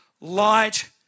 light